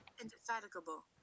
Indefatigable